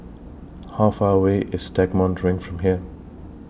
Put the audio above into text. How Far away IS Stagmont Ring from here